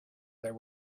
there